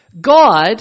God